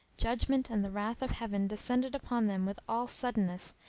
judgment and the wrath of heaven descended upon them with all suddenness,